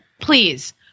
Please